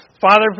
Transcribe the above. Father